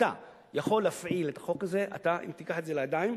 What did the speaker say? אתה יכול להפעיל את החוק הזה אם תיקח את זה לידיים,